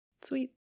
Sweet